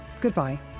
goodbye